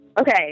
Okay